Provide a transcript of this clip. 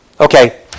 Okay